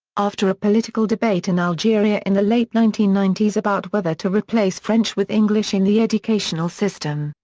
after a political debate in algeria in the late nineteen ninety s about whether to replace french with english in the educational system,